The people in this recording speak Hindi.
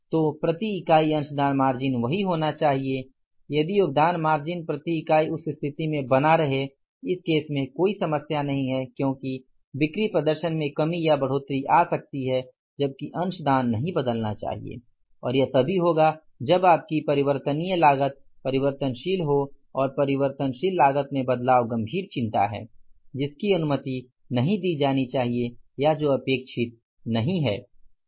तो प्रति यूनिट अंशदान मार्जिन वही होना चाहिए यदि योगदान मार्जिन प्रति यूनिट उसी स्थिति में बना रहे इस केस में कोई समस्या नहीं है क्योंकि बिक्री प्रदर्शन में कमी या बढ़ोतरी आ सकती है जबकि अंशदान नहीं बदलना चाहिए और यह तभी होगा जब आपकी परिवर्तनीय लागत परिवर्तनशील हो और परिवर्तनशील लागत में बदलाव गंभीर चिंता है जिसकी अनुमति नहीं दी जानी चाहिए या जो अपेक्षित नहीं है